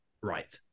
right